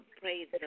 Praise